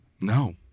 no